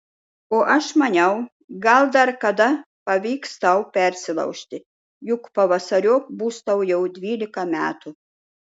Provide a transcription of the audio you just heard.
o aš maniau gal dar kada pavyks tau persilaužti juk pavasariop bus tau jau dvylika metų